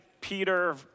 Peter